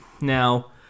Now